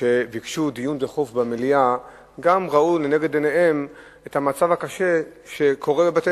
שביקשו דיון דחוף במליאה ראו לנגד עיניהם את המצב הקשה בבתי-חולים,